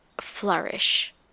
flourish